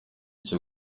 cyo